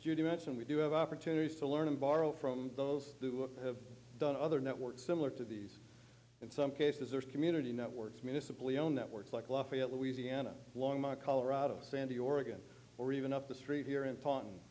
judy mentioned we do have opportunities to learn and borrow from those who have done other networks similar to these in some cases or community networks municipally owned networks like lafayette louisiana longmont colorado sandy oregon or even up the street here in tau